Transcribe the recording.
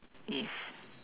yes